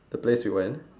the place we went